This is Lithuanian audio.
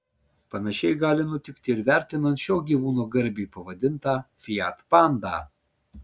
panašiai gali nutikti ir vertinant šio gyvūno garbei pavadintą fiat pandą